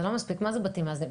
מה זה בתים מאזנים?